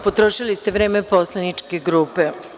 Potrošili ste vreme poslaničke grupe.